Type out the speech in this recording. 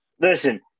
Listen